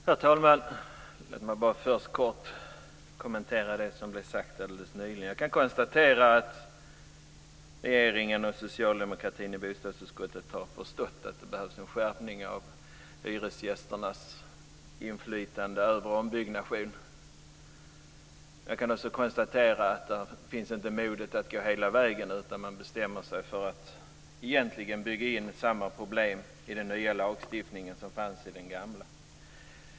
Herr talman! Låt mig bara först kort kommentera det som blev sagt alldeles nyligen. Jag kan konstatera att regeringen och socialdemokraterna i bostadsutskottet har förstått att det behövs en skärpning när det gäller hyresgästernas inflytande över ombyggnationer. Jag kan också konstatera att modet att gå hela vägen inte finns. Man bestämmer sig egentligen för att bygga in samma problem som fanns i den gamla lagstiftningen i den nya.